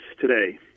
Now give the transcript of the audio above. today